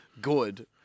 Good